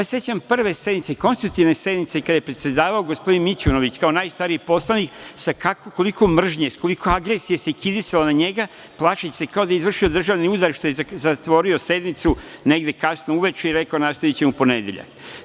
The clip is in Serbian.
Sećam se prve sednice, kada je predsedavao gospodin Mićunović kao najstariji poslanik, sa koliko mržnje, sa koliko agresije se kidisalo na njega, plašeći se, kao da je izvršio državni udar što je zatvorio sednicu negde kasno uveče i rekao – nastavićemo u ponedeljak.